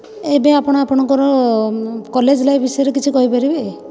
ଏବେ ଆପଣ ଆପଣଙ୍କର କଲେଜ୍ ଲାଇଫ୍ ବିଷୟରେ କିଛି କହିପାରିବେ